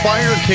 Fire